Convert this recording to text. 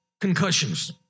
concussions